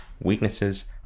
Weaknesses